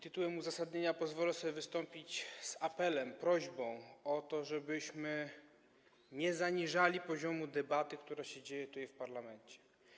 Tytułem uzasadnienia pozwolę sobie wystąpić z apelem, prośbą o to, żebyśmy nie zaniżali poziomu debaty, która ma miejsce tutaj, w parlamencie.